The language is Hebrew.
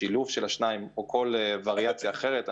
שילוב של השניים או כל וריאציה אחרת,